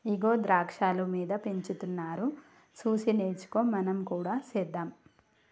ఇగో ద్రాక్షాలు మీద పెంచుతున్నారు సూసి నేర్చుకో మనం కూడా సెద్దాం